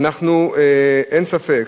אין ספק